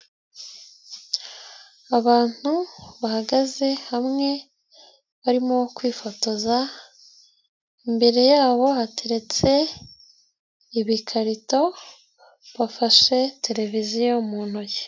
Abantu bahagaze hamwe barimo kwifotoza, imbere yabo hateretse ibikarito bafashe tereviziyo mu ntoki.